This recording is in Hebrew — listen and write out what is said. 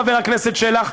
חבר הכנסת שלח,